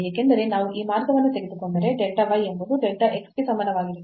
ಏಕೆಂದರೆ ನಾವು ಈ ಮಾರ್ಗವನ್ನು ತೆಗೆದುಕೊಂಡರೆ delta y ಎಂಬುದು delta x ಗೆ ಸಮಾನವಾಗಿರುತ್ತದೆ